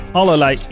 allerlei